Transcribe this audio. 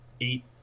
eight